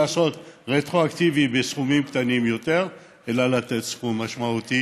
לא לעשות רטרואקטיבי בסכומים קטנים יותר אלא לתת סכום משמעותי